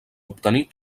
obtenir